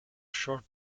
short